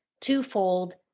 twofold